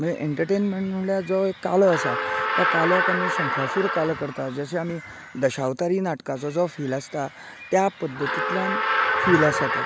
म्हळ्यार एन्टरटेंमेंट म्हळ्यार जो कालो आसा त्या काल्याक आमी शंकासूर करतात जशे आमी दशावतारी नाटकाचो जो फील आसता त्या पध्दतीतल्यान फील आसा तो